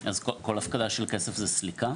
אז כל הפקדה של כסף זה סליקה?